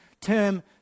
term